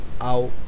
out